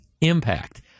impact